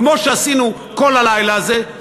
כמו שעשינו כל הלילה הזה,